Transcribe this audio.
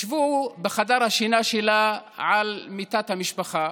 ישבו בחדר השינה שלה על מיטת המשפחה,